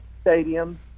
Stadium